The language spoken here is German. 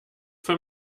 für